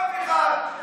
אף אחד.